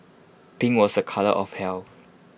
pink was A colour of health